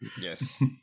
Yes